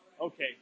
Okay